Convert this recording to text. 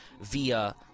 via